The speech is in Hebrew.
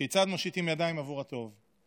כיצד מושיטים ידיים עבור הטוב.